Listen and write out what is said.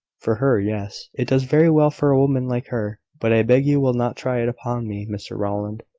for her, yes it does very well for a woman like her but i beg you will not try it upon me, mr rowland.